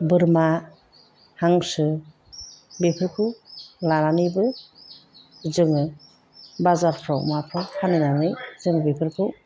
बोरमा हांसो बेफोरखौ लानानैबो जोङो बाजारफ्राव माफ्राव फानहैनानै जों बेफोरखौ